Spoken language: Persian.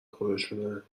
خودشونه